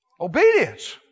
Obedience